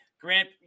Grant